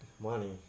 money